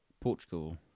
Portugal